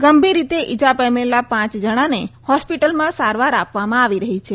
ગંભીર રીતે ઈજા પામેલા પાંચ જણાને હોસ્પિટલમાં સારવાર આપવામાં આવી રહી છે